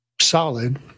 solid